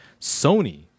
Sony